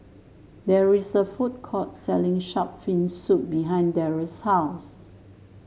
there is a food court selling shark's fin soup behind Darell's house